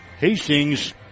Hastings